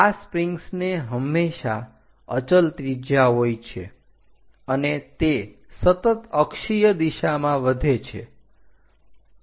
આ સ્પ્રિંગ્સને હંમેશા અચલ ત્રિજ્યા હોય છે અને તે સતત અક્ષીય દિશામાં વધે છે